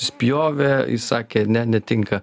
spjovė įsakė ne netinka